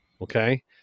Okay